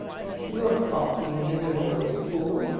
it's your fault, you miserable little fool!